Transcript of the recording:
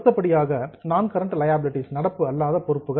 அடுத்தபடியாக நான் current liabilities நடப்பு அல்லாத பொறுப்புகள்